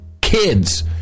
kids